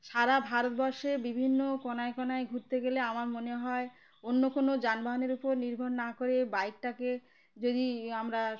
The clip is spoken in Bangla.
সারা ভারতবর্ষে বিভিন্ন কোণায় কোণায় ঘুরতে গেলে আমার মনে হয় অন্য কোনো যানবাহনের উপর নির্ভর না করে বাইকটাকে যদি আমরা